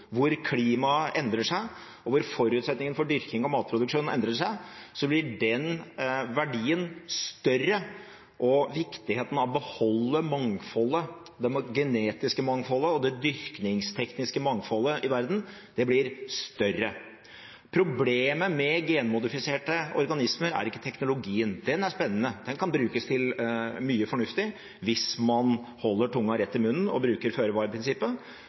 hvor klimaet endrer seg, og hvor forutsetningen for dyrking og matproduksjon endrer seg, så blir den verdien større, og viktigheten av å beholde det genetiske mangfoldet og det dyrkingstekniske mangfoldet i verden blir større. Problemet med genmodifiserte organismer er ikke teknologien. Den er spennende, den kan brukes til mye fornuftig hvis man holder tunga rett i munnen og bruker